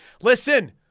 listen